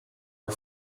are